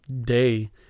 day